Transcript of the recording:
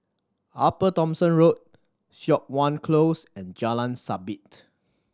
Upper Thomson Road Siok Wan Close and Jalan Sabit